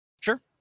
Sure